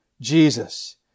Jesus